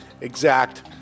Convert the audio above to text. exact